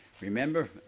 Remember